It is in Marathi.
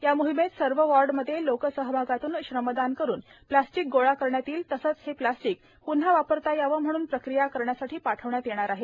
या मोहिमेत सर्व वार्ड मध्ये लोकसहभागातून श्रमदान करून प्लास्टिक गोळा करण्यात येईल तसेच हे प्लास्टिक प्न्हा वापरता यावे म्हणून प्रक्रिया करण्यासाठी पाठवण्यात येणार आहे